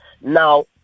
Now